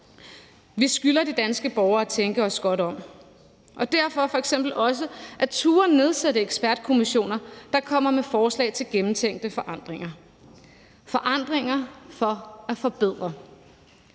Vi skylder de danske borgere at tænke os godt om og derfor f.eks. også at turde nedsætte ekspertkommissioner, der kommer med forslag til gennemtænkte forandringer – forandringer for at forbedre.